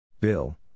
Bill